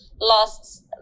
lost